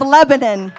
Lebanon